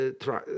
try